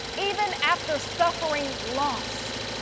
even after suffering loss,